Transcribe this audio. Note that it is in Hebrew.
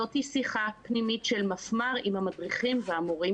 זאת היא שיחה פנימית של מפמ"ר עם המדריכים והמורים.